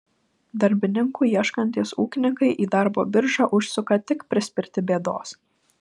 darbininkų ieškantys ūkininkai į darbo biržą užsuka tik prispirti bėdos